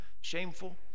shameful